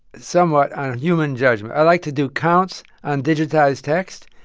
somewhat, on human judgment. i like to do counts on digitized text,